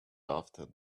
after